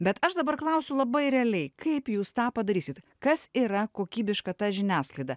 bet aš dabar klausiu labai realiai kaip jūs tą padarysit kas yra kokybiška ta žiniasklaida